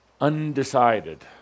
undecided